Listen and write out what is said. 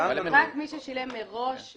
רק מי ששילם מראש,